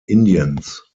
indiens